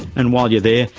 and while you're there,